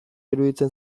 iruditzen